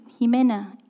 Jimena